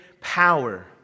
power